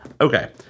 Okay